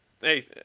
hey